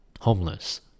homeless